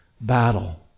Battle